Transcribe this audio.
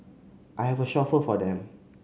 I have a chauffeur for them